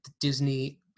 Disney